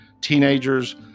teenagers